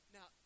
Now